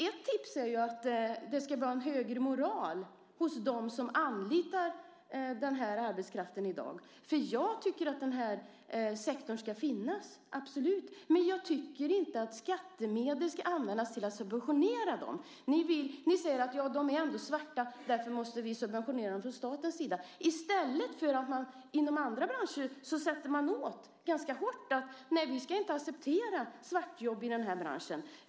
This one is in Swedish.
Ett tips är ju att det ska vara en högre moral hos dem som anlitar den här arbetskraften i dag. Jag tycker att den här sektorn ska finnas, absolut. Men jag tycker inte att skattemedel ska användas till att subventionera dem. Ni säger att de ändå är svarta. Därför måste vi subventionera dem från statens sida. Inom andra branscher sätter man åt ganska hårt och säger att man inte ska acceptera svartjobb inom branschen.